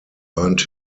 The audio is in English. earned